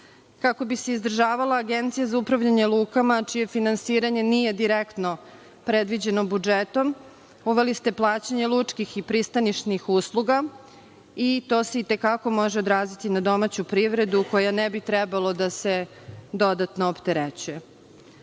kako bi se izdržavala Agencija za upravljanje lukama, čije finansiranje nije direktno predviđeno budžetom. Uveli ste plaćanje lučkih i pristanišnih usluga, i to se i te kako može odraziti na domaću privredu, koja ne bi trebalo da se dodatno opterećuje. Zakon